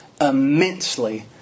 immensely